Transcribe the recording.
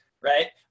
right